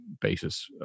basis